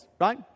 right